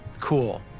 cool